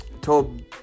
Told